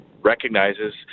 recognizes